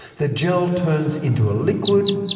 the gel turns into a liquid,